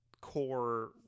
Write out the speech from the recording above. core